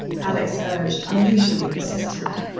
alex urged, unusually persistent.